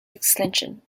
extension